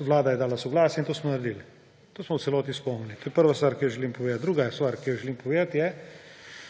vlada je dala soglasje in to smo naredili, to smo v celoti izpolnili. To je prva stvar, ki jo želim povedati. Druga stvar, ki jo želim povedati, je,